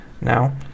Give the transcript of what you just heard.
now